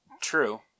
True